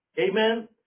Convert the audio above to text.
Amen